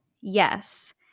yes